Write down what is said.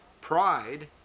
pride